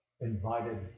invited